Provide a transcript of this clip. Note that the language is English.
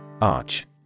Arch